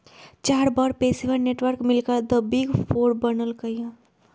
चार बड़ पेशेवर नेटवर्क मिलकर द बिग फोर बनल कई ह